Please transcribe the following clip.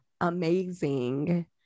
amazing